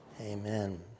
Amen